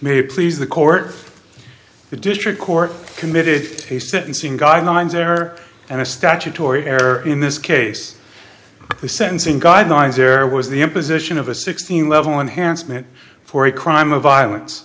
may please the court the district court committed a sentencing guidelines error and a statutory error in this case the sentencing guidelines there was the imposition of a sixteen level enhancement for a crime of violence